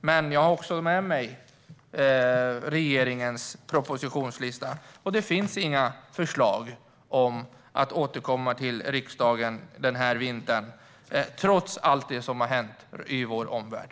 Men jag har också med mig regeringens propositionslista, och det finns inga förslag om att återkomma till riksdagen denna vinter, trots allt som har hänt i vår omvärld.